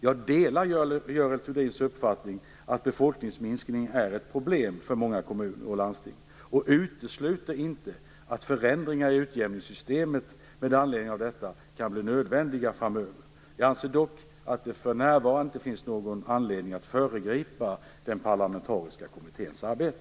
Jag delar Görel Thurdins uppfattning att befolkningsminskningen är ett problem för många kommuner och landsting och utesluter inte att förändringar i utjämningssystemet med anledning av detta kan bli nödvändiga framöver. Jag anser dock att det för närvarande inte finns någon anledning att föregripa den parlamentariska kommitténs arbete.